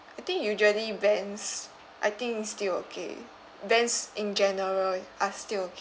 I think usually banks I think still okay banks in general are still ok~